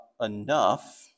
enough